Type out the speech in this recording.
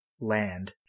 land